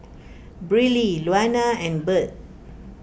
Briley Luana and Birt